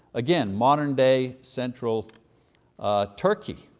again, modern-day central turkey.